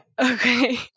Okay